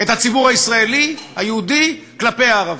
את הציבור הישראלי היהודי כלפי הערבים,